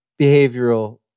behavioral